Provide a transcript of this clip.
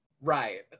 right